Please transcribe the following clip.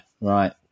right